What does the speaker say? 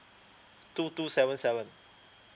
two two seven seven